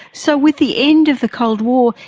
so with the end of the cold war,